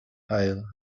hail